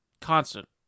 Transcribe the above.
constant